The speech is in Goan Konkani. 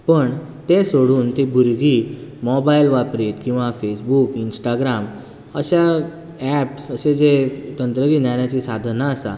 पण तें सोडून तीं भुरगीं मोबायल वापरीत किंवा फेसबुक इन्स्टाग्राम अश्या ऍप्स अशें जें तंत्रगिन्यानाची साधनां आसात